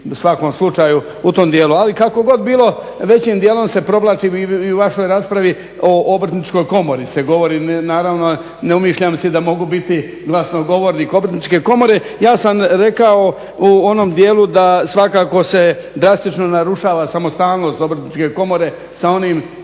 u svakom slučaju u tom dijelu. Ali kako god bilo, većim dijelom se provlači i u vašoj raspravi o Obrtničkoj komori se govori, naravno ne umišljam si da mogu biti glasnogovornik Obrtničke komore. Ja sam rekao u onom dijelu da svakako se drastično narušava samostalnost Obrtničke komore sa onim